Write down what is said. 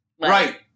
Right